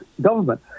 government